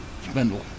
spindle